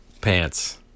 Pants